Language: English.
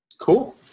Cool